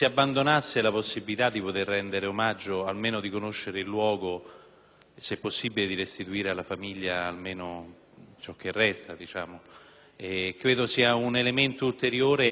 ciò che resta. Credo sarebbe un elemento ulteriore nello spirito che ha animato il ricordo, anche al di là delle differenze di pensiero sull'intervento in Iraq.